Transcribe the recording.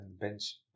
bench